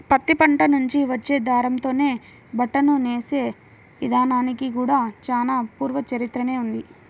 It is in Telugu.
పత్తి పంట నుంచి వచ్చే దారంతోనే బట్టను నేసే ఇదానానికి కూడా చానా పూర్వ చరిత్రనే ఉంది